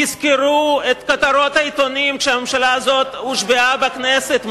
תזכרו את כותרות העיתונים כשהממשלה הזאת הושבעה בכנסת,